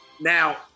Now